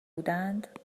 بودند